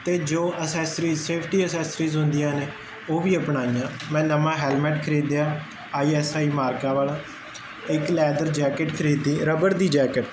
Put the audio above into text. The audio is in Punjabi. ਤੇ ਜੋ ਅਸੈਸਰੀਜ਼ ਸੇਫਟੀ ਅਸੈਸਰੀਜ਼ ਹੁੰਦੀਆਂ ਨੇ ਉਹ ਵੀ ਅਪਣਾਈਆਂ ਮੈਂ ਨਵਾਂ ਹੈਲਮੈਂਟ ਖਰੀਦਿਆ ਆਈ ਐਸ ਆਈ ਮਾਰਕਾ ਵਾਲਾ ਇੱਕ ਲੈਦਰ ਜੈਕਿਟ ਖਰੀਦੀ ਰਬੜ ਦੀ ਜੈਕਟ